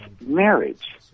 marriage